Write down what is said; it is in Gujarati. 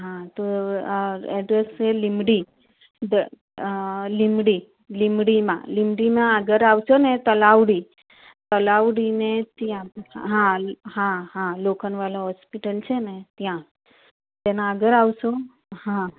હં તો અ એડ્રેસ છે લીમડી ધ લીમડી લીમડીમાં લીમડીમાં આગળ આવશો ને તલાવડી તલાવડી ને ત્યાં હા હા હા લોખંડવાલા હોસ્પિટલ છે ને ત્યાં તેના આગળ આવશો હં